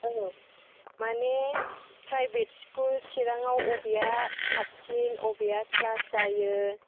औ माने private school चिराङाव बबेया साबसिन बबेया क्लास जायो